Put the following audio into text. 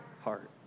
Heart